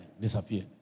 disappear